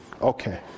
Okay